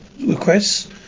requests